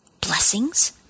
Blessings